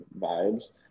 vibes